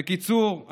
בקיצור,